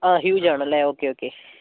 ആ ഹ്യൂജ് ആണല്ലേ okay okay